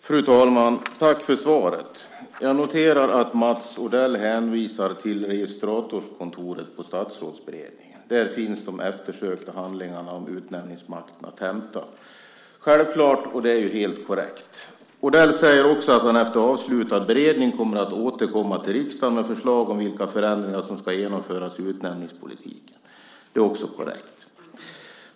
Fru talman! Tack för svaret. Jag noterar att Mats Odell hänvisar till Regeringskansliet där de eftersökta handlingarna om utnämningsmakten finns att hämta. Det är självklart helt korrekt. Odell säger också att han efter avslutad beredning återkommer till riksdagen med förslag om vilka förändringar som ska genomföras i utnämningspolitiken. Det är också korrekt.